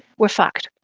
we're fucked,